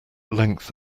length